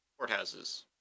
courthouses